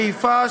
חיפה,